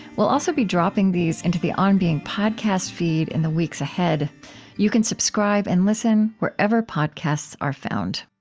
we'll also be dropping these into the on being podcast feed in the weeks ahead you can subscribe and listen wherever podcasts are found